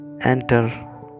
enter